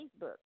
Facebook